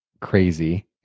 Crazy